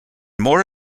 more